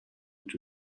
гэж